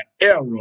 era